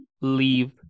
leave